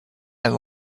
and